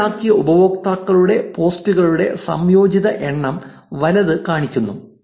ജോടിയാക്കിയ ഉപയോക്താക്കളുടെ പോസ്റ്റുകളുടെ സംയോജിത എണ്ണം വലത് കാണിക്കുന്നു